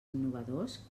innovadors